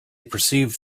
perceived